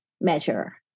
measure